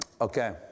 Okay